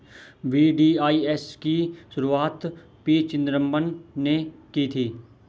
VDIS की शुरुआत P Chidambaram ने की थी